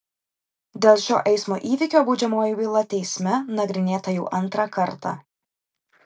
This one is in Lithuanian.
dėl šio eismo įvykio baudžiamoji byla teisme nagrinėta jau antrą kartą